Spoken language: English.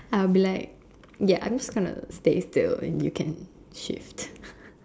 I'll be like ya I'm just gonna stay still and you can shift